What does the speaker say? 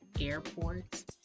airports